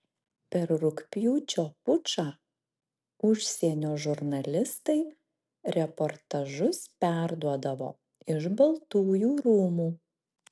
per rugpjūčio pučą užsienio žurnalistai reportažus perduodavo iš baltųjų rūmų